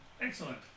Excellent